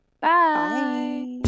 Bye